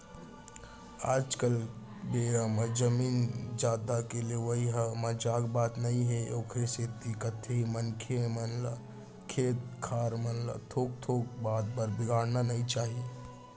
आज के बेरा म जमीन जघा के लेवई ह मजाक बात नई हे ओखरे सेती कथें मनखे मन ल खेत खार मन ल थोक थोक बात बर बिगाड़ना नइ चाही